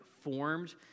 formed